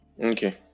Okay